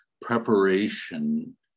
preparation